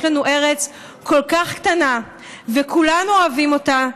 יש לנו ארץ כל כך קטנה וכולנו אוהבים אותה,